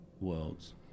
worlds